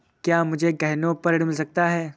क्या मुझे गहनों पर ऋण मिल सकता है?